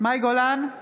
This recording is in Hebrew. מאי גולן,